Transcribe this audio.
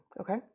Okay